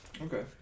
Okay